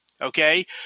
okay